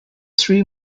sri